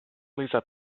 lisa